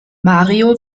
mario